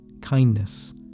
kindness